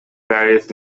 various